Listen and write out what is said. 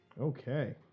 Okay